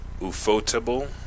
ufotable